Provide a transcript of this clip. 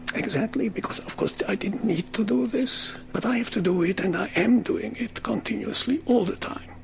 exactly, because of course i didn't need to do this, but i have to do it and i am doing it continuously all the time.